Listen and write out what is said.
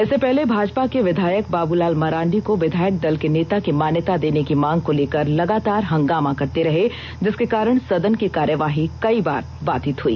इससे पहले भाजपा के विधायक बाबूलाल मरांडी को विधायक दल के नेता की मान्यता देने की मांग को लेकर लगातार हंगामा करते रहे जिसके कारण सदन की कार्यवाही कई बार बाधित हुई